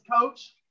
Coach